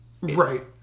Right